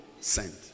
sent